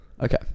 Okay